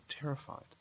terrified